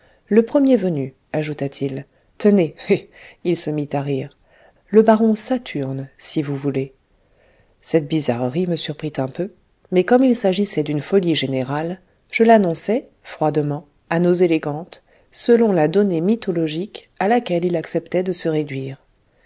le premier venu ajouta-t-il tenez il se mit à rire le baron saturne si vous voulez cette bizarrerie me surprit un peu mais comme il s'agissait d'une folie générale je l'annonçai froidement à nos élégantes selon la donnée mythologique à laquelle il acceptait de se réduire